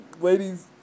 ladies